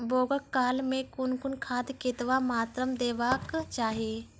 बौगक काल मे कून कून खाद केतबा मात्राम देबाक चाही?